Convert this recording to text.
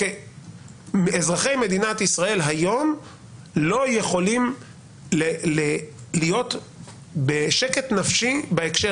אזרחי מדינת ישראל היום לא יכולים להיות בשקט נפשי בהקשר